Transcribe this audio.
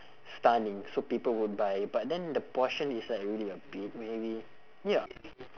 stunning so people would buy but then the portion is like really a bit maybe ya